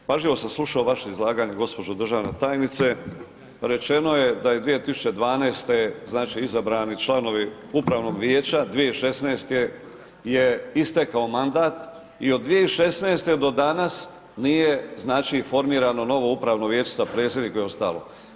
Pažljivo sam slušao vaše izlaganje gđa. državna tajnice, rečeno je da je 2012. znači izabrani članovi Upravnog vijeća, 2016. je istekao mandat i od 2016. do danas nije znači formirano novo Upravno vijeće sa predsjednikom i ostalo.